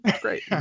great